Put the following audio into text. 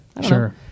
sure